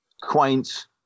quaint